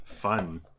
Fun